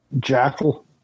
Jackal